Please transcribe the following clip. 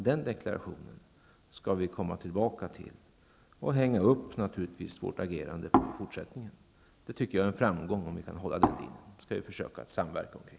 Den deklarationen skall vi komma tillbaka till och hänga upp vårt agerande på i fortsättningen. Jag tycker att det är en framgång, om vi kan hålla den linjen. Det skall vi försöka att samverka omkring.